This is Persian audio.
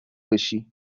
بشی